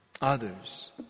others